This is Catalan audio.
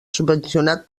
subvencionat